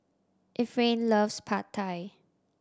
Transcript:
Efrain loves Pad Thai